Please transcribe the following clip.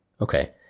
okay